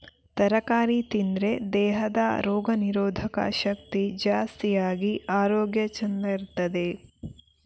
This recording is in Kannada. ತರಕಾರಿ ತಿಂದ್ರೆ ದೇಹದ ರೋಗ ನಿರೋಧಕ ಶಕ್ತಿ ಜಾಸ್ತಿ ಆಗಿ ಆರೋಗ್ಯ ಚಂದ ಇರ್ತದೆ